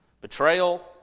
Betrayal